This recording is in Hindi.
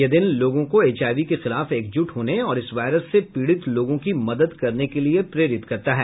यह दिन लोगों को एचआईवी के खिलाफ एकजुट होने और इस वायरस से पीड़ित लोगों की मदद करने के लिए प्रेरित करता है